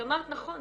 את אמרת נכון,